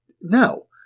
no